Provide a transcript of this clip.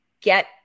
get